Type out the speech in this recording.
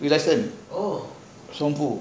got lesson chong fu